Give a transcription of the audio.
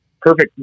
perfect